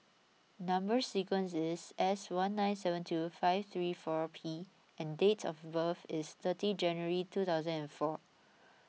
Number Sequence is S one nine seven two five three four P and date of birth is thirty January two thousand and four